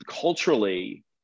culturally